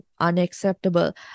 unacceptable